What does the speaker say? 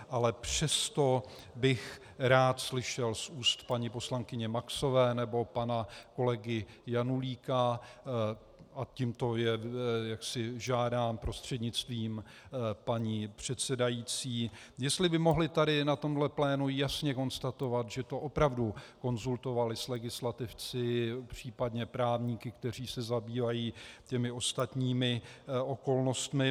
Ale přesto bych rád slyšel z úst paní poslankyně Maxové nebo pana kolegy Janulíka a tímto je žádám prostřednictvím paní předsedající jestli by mohli na tomhle plénu jasně konstatovat, že to opravdu konzultovali s legislativci, případně právníky, kteří se zabývají těmi ostatními okolnostmi.